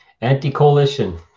Anti-coalition